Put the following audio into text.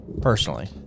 personally